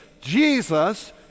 Jesus